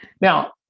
Now